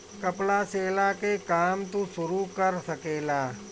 कपड़ा सियला के काम तू शुरू कर सकेला